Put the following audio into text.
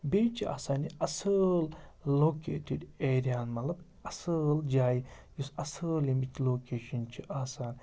بیٚیہِ چھِ آسان یہِ اَصٕل لوکیٹِڈ ایریاہَن مطلب اَصٕل جایہِ یُس اَصٕل ییٚمِچ لوکیشَن چھِ آسان